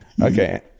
Okay